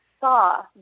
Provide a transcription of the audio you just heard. saw